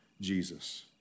Jesus